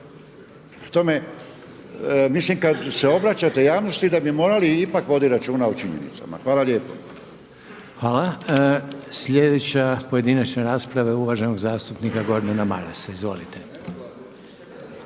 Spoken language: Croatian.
kad se obraćate javnosti da bi morali ipak voditi računa o činjenicama. Hvala lijepo. **Reiner, Željko (HDZ)** Hvala. Sljedeća pojedinačna rasprava je uvaženog zastupnika Gordana Marasa, izvolite.